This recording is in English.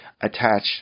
attach